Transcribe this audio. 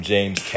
James